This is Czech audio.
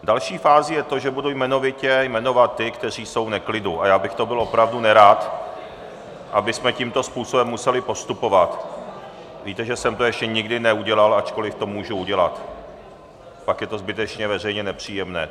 Další fází je to, že budu jmenovitě jmenovat ty, kteří jsou v neklidu, a já bych byl opravdu nerad, abychom tímto způsobem museli postupovat, víte, že jsem to ještě nikdy neudělal, ačkoliv to můžu udělat, pak je to zbytečně veřejně nepříjemné.